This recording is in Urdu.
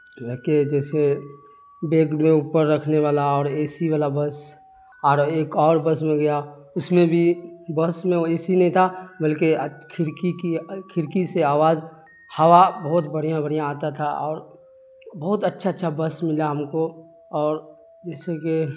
رکھے جیسے بیگ میں اوپر رکھنے والا اور اے سی والا بس اور ایک اور بس میں گیا اس میں بھی بس میں وہ اے سی نہیں تھا بلکہ کھڑکی کی کھڑکی سے آواز ہوا بہت بڑھیا بڑھیا آتا تھا اور بہت اچھا اچھا بس ملا ہم کو اور جیسے کہ